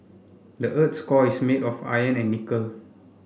the earth's core is made of iron and nickel